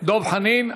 דב חנין.